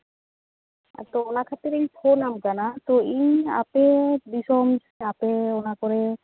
ᱟᱫᱚ ᱚᱱᱟ ᱠᱷᱟᱹᱛᱤᱨᱤᱧ ᱯᱷᱳᱱᱟᱢ ᱠᱟᱱᱟ ᱤᱧ ᱟᱯᱮ ᱫᱤᱥᱚᱢ ᱟᱯᱮ ᱚᱱᱟᱠᱚᱨᱮ